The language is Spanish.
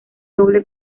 doble